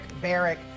Barrick